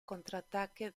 contraataque